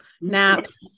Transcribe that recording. naps